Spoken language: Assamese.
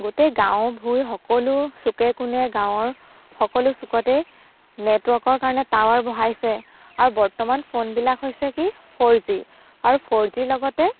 গোটেই গাঁও ভূঁই সকলো চুকে কোণে গাঁৱৰ সকলো চুকতে নেটৱৰ্কৰ কাৰণে টাৱাৰ বহাইছে আৰু বৰ্তমান ফোনবিলাক হৈছে কি ফোৰ জি আৰু ফোৰ জিৰ লগতে